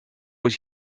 was